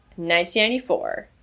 1994